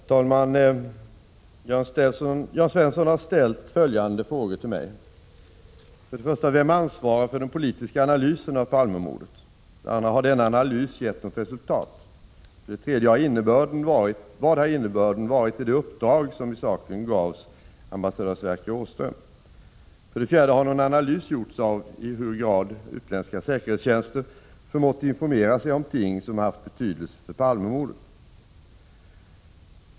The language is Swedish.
Herr talman! Jörn Svensson har ställt följande frågor till mig: 1. Vem ansvarar för den politiska analysen av Palmemordet? 2. Har denna analys gett något resultat? 3. Vad har innebörden varit i det uppdrag som i saken gavs ambassadör Sverker Åström? 4. Har någon analys gjorts av i hur hög grad utländska säkerhetstjänster förmått informera sig om ting som haft betydelse för Palmemordet?